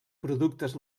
productes